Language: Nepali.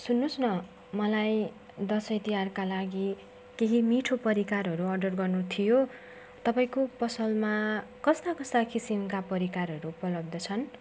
सुन्नुहोस् न मलाई दसैँ तिहारका लागि केही मिठो परिकारहरू अर्डर गर्नु थियो तपाईँको पसलमा कस्ता कस्ता किसिमका परिकारहरू उपलब्ध छन्